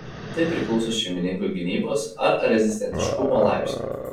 tai priklauso šeimininko gynybos ar rezistentiškumo laipsnio